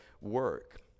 work